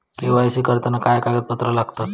KYC करताना काय कागदपत्रा लागतत?